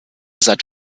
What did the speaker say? seit